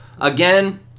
Again